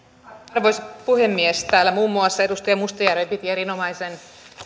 arvoisa puhemies täällä muun muassa edustaja mustajärvi piti erinomaisen